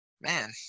man